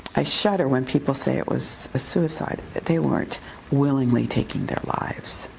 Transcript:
i shudder when people say it was a suicide. they weren't willingly taking their lives.